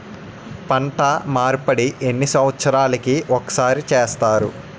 పంట మార్పిడి ఎన్ని సంవత్సరాలకి ఒక్కసారి చేస్తారు?